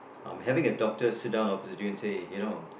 I'm having a doctor sit down opposite you and say you know